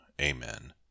Amen